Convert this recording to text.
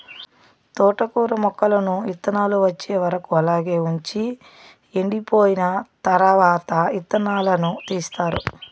తోటకూర మొక్కలను ఇత్తానాలు వచ్చే వరకు అలాగే వుంచి ఎండిపోయిన తరవాత ఇత్తనాలను తీస్తారు